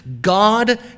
God